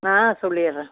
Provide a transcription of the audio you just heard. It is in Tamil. நான் சொல்லிடுறேன்